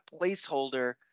placeholder